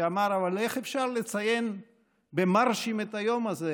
שאמר: אבל איך אפשר לציין באופן מרשים את היום הזה?